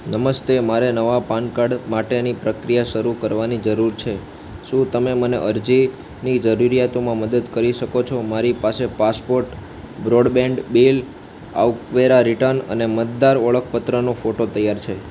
નમસ્તે મારે નવા પાન કાર્ડ માટેની પ્રક્રિયા શરૂ કરવાની જરૂર છે શું તમે મને અરજીની જરૂરિયાતોમાં મદદ કરી શકો છો મારી પાસે પાસપોર્ટ બ્રોડબેન્ડ બિલ આવકવેરા રિટર્ન અને મતદાર ઓળખપત્રનો ફોટો તૈયાર છે